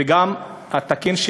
וגם התקין,